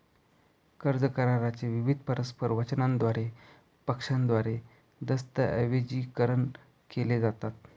कर्ज करारा चे विविध परस्पर वचनांद्वारे पक्षांद्वारे दस्तऐवजीकरण केले जातात